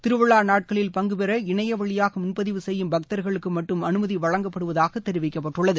திருவிழா நாட்களில் பங்கு பெற இணைய வழியாக முன்பதிவு செய்யும் பக்தர்வுக்கு மட்டும் அனுமதி வழங்கப்படுவதாக தெரிவிக்கப்பட்டுள்ளது